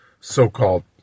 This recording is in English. so-called